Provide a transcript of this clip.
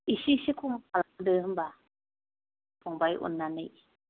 एसेसो खम खालामदो होमबा फंबाय अननानै